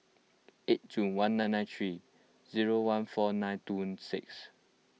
eight June one nine nine three zero one four nine two six